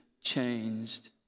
changed